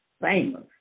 famous